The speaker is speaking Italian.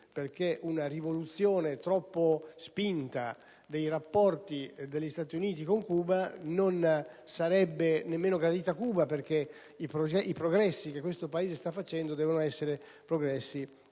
perché una rivoluzione troppo spinta dei rapporti degli Stati Uniti con Cuba non sarebbe nemmeno gradita a Cuba, perché i progressi che questo Paese sta facendo devono essere